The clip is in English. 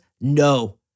no